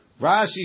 Rashi